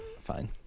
Fine